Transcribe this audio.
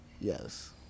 Yes